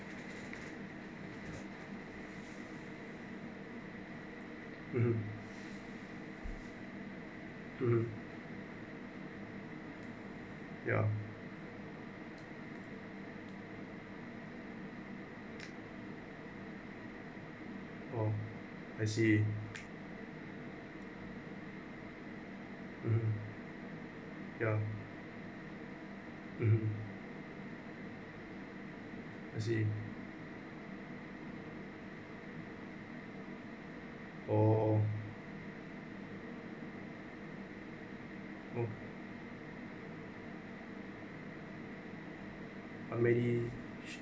(uh huh) (uh huh) ya oh I see (uh huh) ya (uh huh) I see oh mm how many